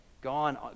gone